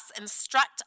instruct